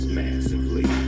massively